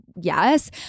yes